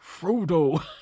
Frodo